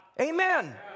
amen